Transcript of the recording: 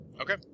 Okay